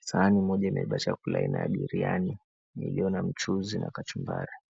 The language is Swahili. sahani moja imebeba chakula aina ya biriyani iliyona mchuuzi na kachumbari.